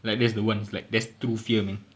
like that's the one's like there's true fear man